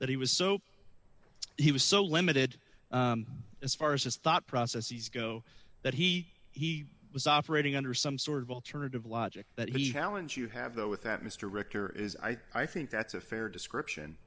that he was so he was so limited as far as his thought processes go that he he was operating under some sort of alternative logic that he hal and you have that with that mr richter is i i think that's a fair description